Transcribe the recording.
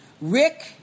Rick